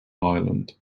island